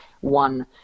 One